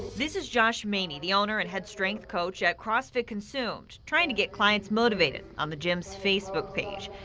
this is josh maney, the owner and head strength coach at crossfit consumed trying to get clients motivated on the gym's facebook page.